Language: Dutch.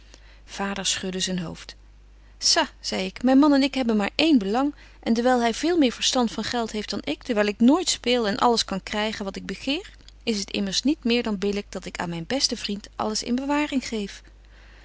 vader schudde zyn hoofd sa zei ik myn man en ik hebben maar één belang en dewyl hy veel meer verstand van geld heeft dan ik dewyl ik nooit speel en alles kan krygen wat ik begeer is het immers niet meer dan billyk betje wolff en aagje deken historie van mejuffrouw sara burgerhart dat ik aan myn besten vriend alles in bewaring geef